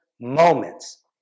moments